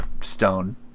stone